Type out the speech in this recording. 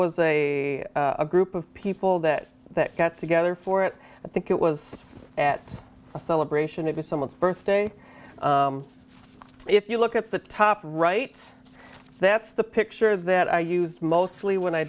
was a a group of people that that got together for it i think it was at a celebration if you someone's birthday if you look at the top right that's the picture that i used mostly when i